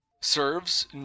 serves